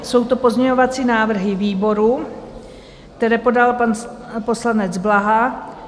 Jsou to pozměňovací návrhy výboru, které podal pan poslanec Blaha.